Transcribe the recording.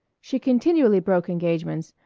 she continually broke engagements,